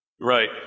Right